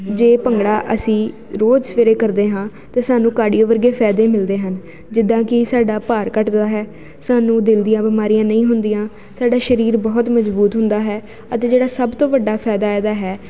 ਜੇ ਭੰਗੜਾ ਅਸੀਂ ਰੋਜ਼ ਸਵੇਰੇ ਕਰਦੇ ਹਾਂ ਤਾਂ ਸਾਨੂੰ ਕਾਰਡੀਓ ਵਰਗੇ ਫ਼ਾਇਦੇ ਮਿਲਦੇ ਹਨ ਜਿੱਦਾਂ ਕਿ ਸਾਡਾ ਭਾਰ ਘੱਟਦਾ ਹੈ ਸਾਨੂੰ ਦਿਲ ਦੀਆਂ ਬਿਮਾਰੀਆਂ ਨਹੀਂ ਹੁੰਦੀਆਂ ਸਾਡਾ ਸਰੀਰ ਬਹੁਤ ਮਜਬੂਤ ਹੁੰਦਾ ਹੈ ਅਤੇ ਜਿਹੜਾ ਸਭ ਤੋਂ ਵੱਡਾ ਫ਼ਾਇਦਾ ਇਹਦਾ ਹੈ